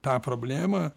tą problemą